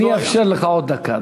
אני אאפשר לך עוד דקה.